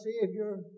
Savior